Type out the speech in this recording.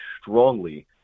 strongly